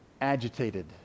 agitated